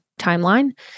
timeline